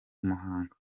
muhanga